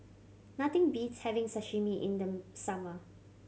nothing beats having Sashimi in the summer